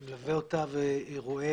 אני מלווה אותה ורואה